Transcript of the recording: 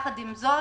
עם זאת,